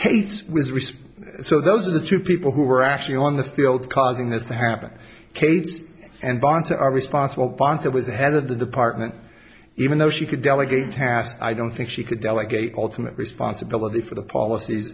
reese so those are the two people who are actually on the field causing this to happen kate's and banta are responsible banter with the head of the department even though she could delegate tasks i don't think she could delegate ultimate responsibility for the polic